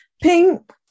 Pink